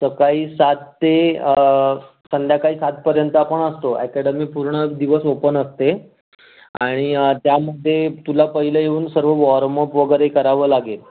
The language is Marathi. सकाळी सात ते संध्याकाळी सातपर्यंत आपण असतो ॲकॅडमी पूर्ण दिवस ओपन असते आणि त्यामध्ये तुला पहिलं येऊन सर्व वॉर्मप वगैरे करावं लागेल